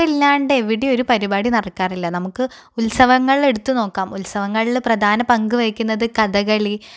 നൃത്തം ഇല്ലാതെ എവിടേയും ഒരു പരിപാടിയും നടക്കാറില്ല നമുക്ക് ഉത്സവങ്ങൾ എടുത്തു നോക്കാം ഉത്സവങ്ങളില് പ്രധാന പങ്കുവഹിക്കുന്നത് കഥകളി